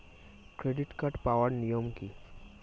Credit card পাওয়ার নিয়ম কী?